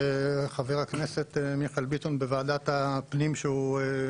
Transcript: וחבר הכנסת מיכאל ביטון בוועדת הכלכלה